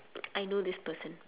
I know this person